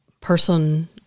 person